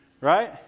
right